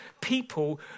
people